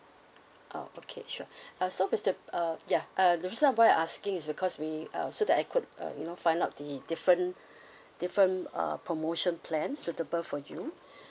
oh okay sure uh so mister uh ya uh the reason why I'm asking is because we uh so that I could uh you know find out the different different uh promotion plans suitable for you